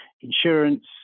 insurance